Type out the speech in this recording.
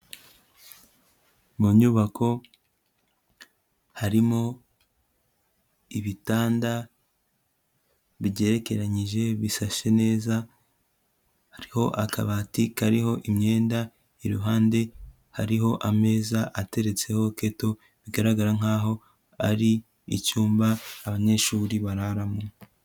Mu nyubako harimo ibitanda bigerekeranyije bisashe neza, hariho akabati kariho imyenda, iruhande hariho ameza ateretseho keto, bigaragara nkaho ari icyumba abanyeshuri bararamo.